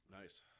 nice